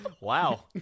wow